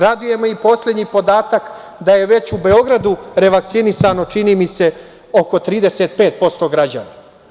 Raduje me i poslednji podatak da je već u Beogradu revakcinisano, čini mi se oko 35% građana.